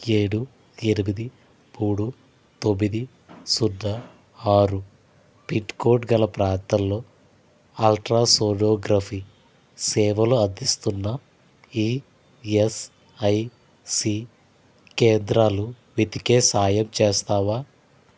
ఏడు ఎనిమిది మూడు తొమ్మిది సున్నా ఆరు పిన్ కోడ్ గల ప్రాంతంలో అల్ట్రా సోనోగ్రఫీ సేవలు అందిస్తున్న ఈయస్ఐసి కేంద్రాలు వెతికే సాయం చేస్తావా